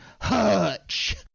Hutch